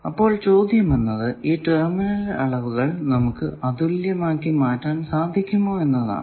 അപ്പോൾ ചോദ്യം എന്നത് ഈ ടെർമിനൽ അളവുകൾ നമുക്ക് അതുല്യമാക്കി മാറ്റാൻ സാധിക്കുമോ എന്നതാണ്